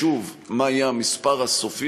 שוב, מה יהיה המספר הסופי?